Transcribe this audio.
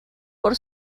por